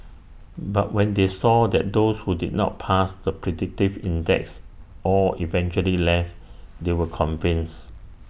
but when they saw that those who did not pass the predictive index all eventually left they were convinced